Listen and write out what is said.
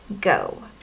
go